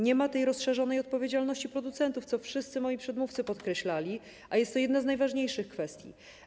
Nie ma rozszerzonej odpowiedzialności producentów, co wszyscy moi przedmówcy podkreślali, a jest to jedna z najważniejszych kwestii.